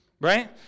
right